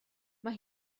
mae